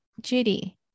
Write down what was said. Judy